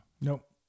Nope